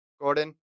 Gordon